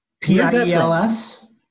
P-I-E-L-S